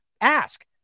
Ask